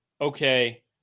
okay